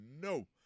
no